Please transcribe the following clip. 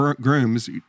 grooms